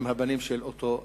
עם הבנים של אותו אח.